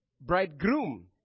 bridegroom